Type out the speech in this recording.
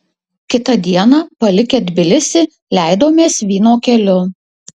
kitą dieną palikę tbilisį leidomės vyno keliu